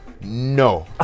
No